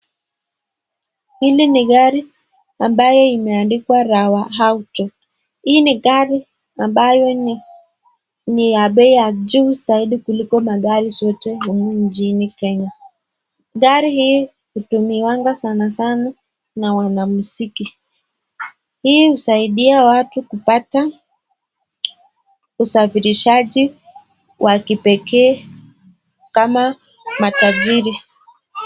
Hili ni gari ambayo imeandikwa Rawa Auto. Hii ni gari ambayo ni ya bei ya juu zaidi kuliko magari zote humu nchini Kenya. Gari hii hutumiwanga sana sana na wanamuziki. Hii husaidia watu kupata usafirishaji wa kipekee kama matajiri.